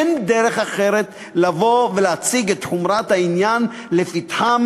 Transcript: אין דרך אחרת לבוא ולהציג את חומרת העניין לפתחם